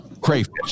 crayfish